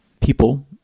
people